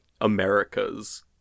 Americas